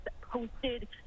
posted